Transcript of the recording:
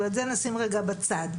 אבל את זה נשים רגע בצד,